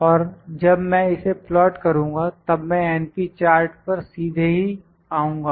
और जब मैं इसे प्लाट करूँगा तब मैं np चार्ट पर सीधे ही आऊंगा